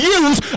use